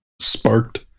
sparked